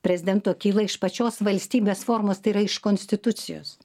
prezidento kyla iš pačios valstybės formos tai yra iš konstitucijos